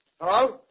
Hello